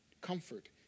comfort